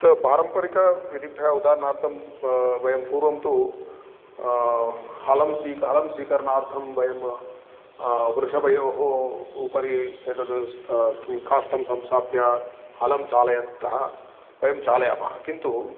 तत् पारम्परिक विधिभ्यः उदारणार्थं वयं पूर्वं तु हलं स्वीकर् हलं स्वीकरणार्थं वयं वृषभयोः उपरि एतत् स् काष्टं संस्थाप्य हलम् चालयन्तः वयं चालयामः किन्तु